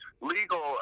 legal